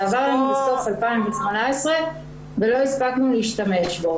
זה עבר אלינו בסוף 2018 ולא הספקנו להשתמש בו.